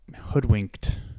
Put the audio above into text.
hoodwinked